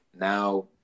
now